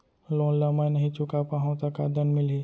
Loan ला मैं नही चुका पाहव त का दण्ड मिलही?